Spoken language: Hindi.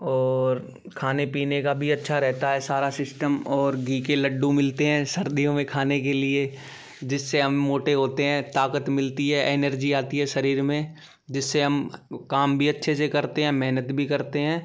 और खाने पीने का भी अच्छा रहता है सारा सिस्टम और घी के लड्डू मिलते हैं सर्दियों में खाने के लिए जिससे हम मोटे होते हैं ताकत मिलती है एनर्जी आती है शरीर में जिससे हम काम भी अच्छे से करते हैं मेहनत भी करते हैं